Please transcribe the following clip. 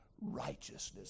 righteousness